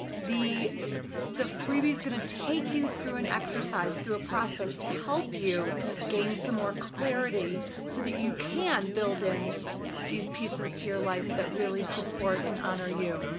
the the freebies gonna take you through an exercise, through a process, to help you gain some more clarity so that you can build in these pieces to your life that really support and honor you.